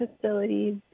facilities